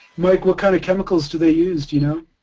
mike, what kind of chemicals do they use, do you know?